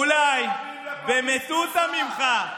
אולי במטותא ממך,